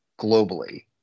globally